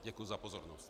Děkuji za pozornost.